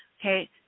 okay